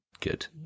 good